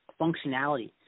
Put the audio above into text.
functionality